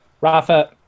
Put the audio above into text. Rafa